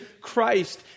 Christ